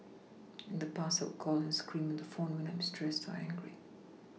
in the past I would call and scream on the phone when I'm stressed or angry